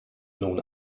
nun